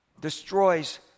destroys